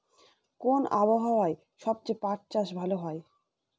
কোন আবহাওয়ায় সবচেয়ে পাট চাষ ভালো হয়?